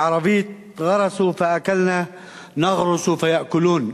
בערבית: ע'רסו פאכּלנא נע'רס פיאכּלון.